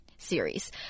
series